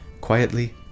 quietly